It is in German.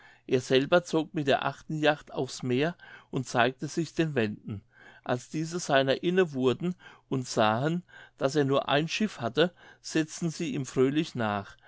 er selber zog mit der achten jacht aufs meer und zeigte sich den wenden als diese seiner inne wurden und sahen daß er nur ein schiff hatte setzten sie ihm fröhlich nach